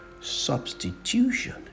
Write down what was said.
substitution